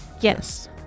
Yes